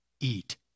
eat